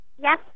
Yes